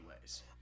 ways